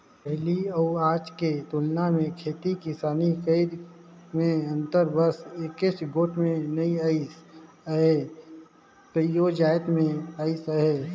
पहिली अउ आज के तुलना मे खेती किसानी करई में अंतर बस एकेच गोट में नी अइस अहे कइयो जाएत में अइस अहे